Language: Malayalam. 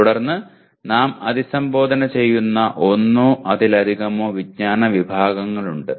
തുടർന്ന് നാം അഭിസംബോധന ചെയ്യുന്ന ഒന്നോ അതിലധികമോ വിജ്ഞാന വിഭാഗങ്ങളുണ്ട്